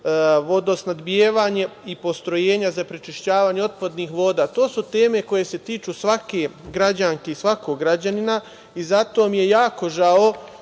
vodosnabdevanje i postrojenja za prečišćavanje otpadnih voda, to su teme koje se tiču svake građanke i svakog građanina i zato mi je jako žao